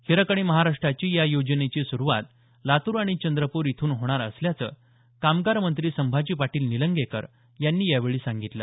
हिरकणी महाराष्ट्राची या योजनेची सुरुवात लातूर आणि चंद्रपूर इथून होणार असल्याचं कामगार मंत्री संभाजी पाटील निलंगेकर यांनी यावेळी सांगितलं